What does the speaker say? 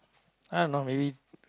i don't know maybe